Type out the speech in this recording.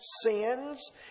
sins